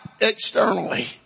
externally